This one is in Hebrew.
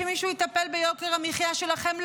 שמישהו יטפל ביוקר המחיה שלכם.